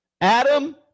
Adam